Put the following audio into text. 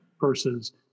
versus